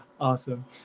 Awesome